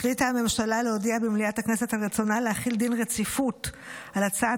החליטה הממשלה להודיע במליאת הכנסת על רצונה להחיל דין רציפות על הצעת